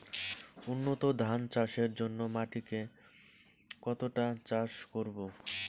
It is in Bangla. উন্নত ধান চাষের জন্য মাটিকে কতটা চাষ করব?